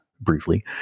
briefly